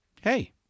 hey